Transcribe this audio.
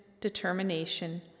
determination